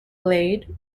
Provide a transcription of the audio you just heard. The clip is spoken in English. blade